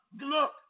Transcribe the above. look